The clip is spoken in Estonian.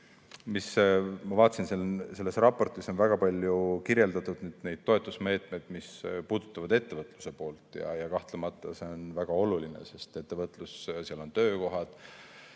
mis ma vaatasin: selles raportis on väga palju kirjeldatud neid toetusmeetmeid, mis puudutavad ettevõtluse poolt. Kahtlemata see on väga oluline, sest ettevõtluses on töökohad.